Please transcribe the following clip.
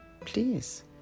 Please